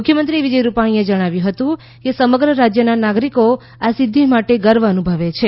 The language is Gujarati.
મુખ્યમંત્રી વિજય રૂપાણીએ જણાવ્યું હતું કે સમગ્ર રાજ્યનાં નાગરીકો આ સિઘ્ઘી માટે ગર્વ અનુભવે છે